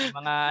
mga